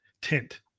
tint